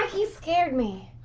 like you scared me.